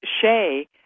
Shay